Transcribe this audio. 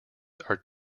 are